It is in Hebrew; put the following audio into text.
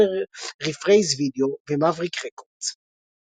וורנר רפרייז וידאו ומאבריק רקורדס.